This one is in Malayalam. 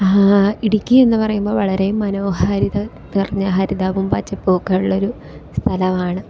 ഇടുക്കി എന്ന് പറയുമ്പോൾ വളരെ മനോഹാരിത നിറഞ്ഞ ഹരിതാപവും പച്ചപ്പൊക്കെ ഉള്ളൊരു സ്ഥലമാണ്